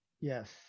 Yes